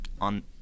on